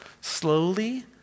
Slowly